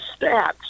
stats